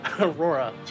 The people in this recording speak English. Aurora